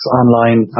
online